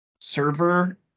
server